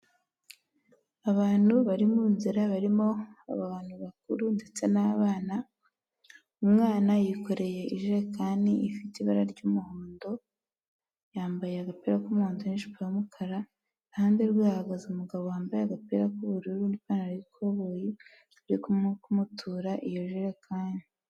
Abantu bari mu nzira barimo abantu bakuru ndetse n'abana, umwana yikoreye ijerekani ifite ibara ry'umuhondo, yambaye agapira k'umuhondo n'ijipo y'umukara. Iruhande rwe hahagaze umugabo wambaye agapira k'ubururu n'ipantaro y'ikoboyi, uri kumutura iyo jerekani.